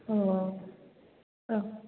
औ औ